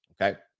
Okay